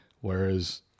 Whereas